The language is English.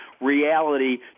reality